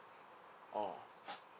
oh